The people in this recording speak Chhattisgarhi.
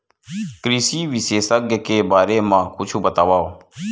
कृषि विशेषज्ञ के बारे मा कुछु बतावव?